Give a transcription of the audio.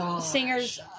singers